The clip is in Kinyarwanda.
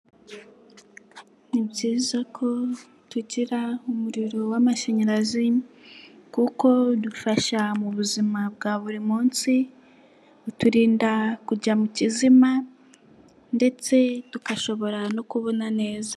Ni byiza ko tugira umuriro w'amashanyarazi, kuko bidufasha mu buzima bwa buri munsi, uturinda kujya mu kizima ndetse tugashobora no kubona neza.